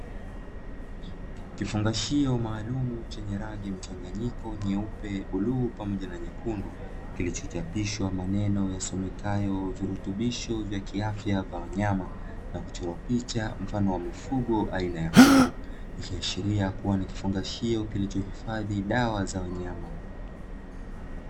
Kifungashio maalumu chenye rangi mchanganyiko nyeupe, bluu pamoja na nyekundu, kilichochapishwa maneno yasomekayo virutubisho vya kiafya kwa wanyama, na kuchorwa picha mfano wa mifugo aina ya kuku, ikiashiria kuwa ni kifungashio kilichohifadhi dawa za wanyama.